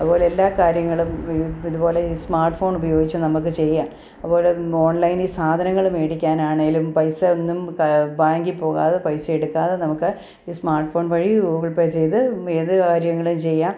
അതുപോലെ എല്ലാ കാര്യങ്ങളും ഇതുപോലെ ഈ സ്മാർട്ട്ഫോൺ ഉപയോഗിച്ച് നമുക്ക് ചെയ്യാം അതുപോലെ ഓൺലൈനിൽ സാധനങ്ങൾ മേടിക്കാനാണെങ്കിലും പൈസ ഒന്നും ബാങ്കിൽ പോകാതെ പൈസ എടുക്കാതെ നമുക്ക് ഈ സ്മാർട്ട്ഫോൺ വഴി ഗൂഗിൾ പേ ചെയ്ത് ഏത് കാര്യങ്ങളും ചെയ്യാം